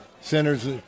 Center's